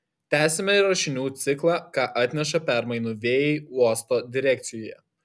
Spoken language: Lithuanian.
tęsiame rašinių ciklą ką atneša permainų vėjai uosto direkcijoje